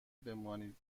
بمانید